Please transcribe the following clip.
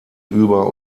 über